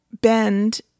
bend